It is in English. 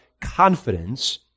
confidence